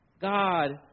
God